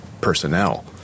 personnel